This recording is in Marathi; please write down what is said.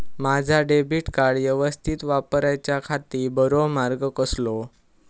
माजा डेबिट कार्ड यवस्तीत वापराच्याखाती बरो मार्ग कसलो?